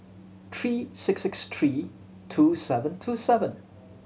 three six six three two seven two seven